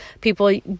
People